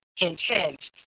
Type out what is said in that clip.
Intent